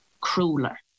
Crueler